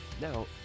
Now